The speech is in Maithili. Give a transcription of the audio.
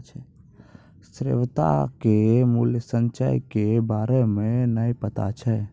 श्वेता के मूल्य संचय के बारे मे नै पता छै